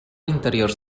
interiors